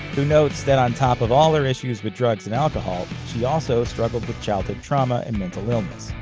who notes that on top of all her issues with drugs and alcohol, she also struggled with childhood trauma and mental illness.